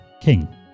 King